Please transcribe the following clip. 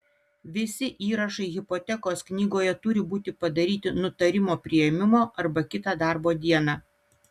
visi įrašai hipotekos knygoje turi būti padaryti nutarimo priėmimo arba kitą darbo dieną